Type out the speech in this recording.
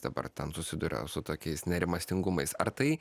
dabar ten susiduria su tokiais nerimastingumas ar tai